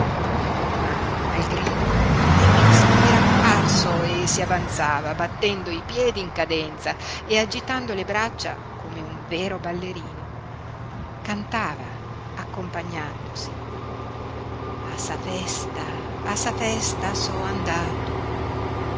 ma al grido efix era apparso e si avanzava battendo i piedi in cadenza e agitando le braccia come un vero ballerino cantava accompagnandosi a sa festa a sa festa so andatu